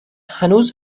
هنوز